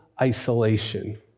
isolation